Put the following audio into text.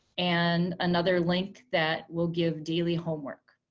and another link that will give daily homework.